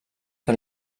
que